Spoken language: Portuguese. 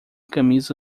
camisa